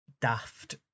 daft